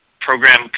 program